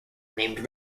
named